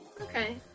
okay